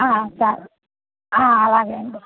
సరే అలాగేండి